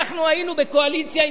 החוק הזה לא היה עובר.